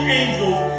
angels